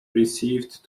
received